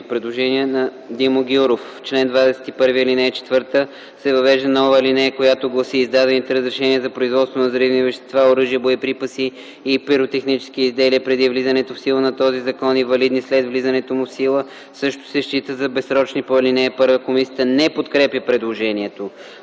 Предложение на Димо Гяуров: В чл. 21, след ал. 4 се въвежда нова алинея, която гласи: „Издадените разрешения за производство на взривни вещества, оръжия, боеприпаси и пиротехнически изделия, преди влизането в сила на този закон и валидни след влизането му в сила, също се считат за безсрочни по ал. 1”. Комисията не подкрепя предложението.